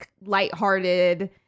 lighthearted